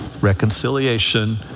reconciliation